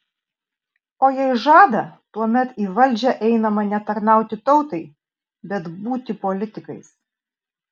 o jei žada tuomet į valdžią einama ne tarnauti tautai bet būti politikais